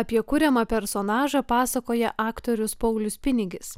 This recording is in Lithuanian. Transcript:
apie kuriamą personažą pasakoja aktorius paulius pinigis